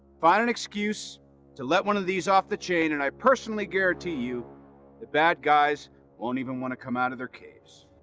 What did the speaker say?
find an excuse to let one of these off the chain, and i personally guarantee you the bad guys won't even want to come out of their caves.